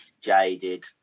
jaded